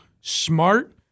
smart